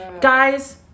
guys